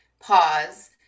pause